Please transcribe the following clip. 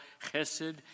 chesed